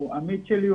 הוא עמית שלי,